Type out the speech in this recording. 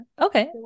Okay